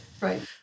right